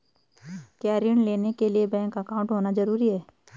क्या ऋण लेने के लिए बैंक अकाउंट होना ज़रूरी है?